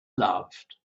loved